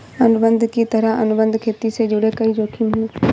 अनुबंध की तरह, अनुबंध खेती से जुड़े कई जोखिम है